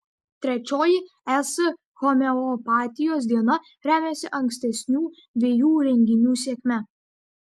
trečioji es homeopatijos diena remiasi ankstesnių dviejų renginių sėkme